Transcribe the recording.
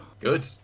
Good